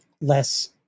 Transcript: less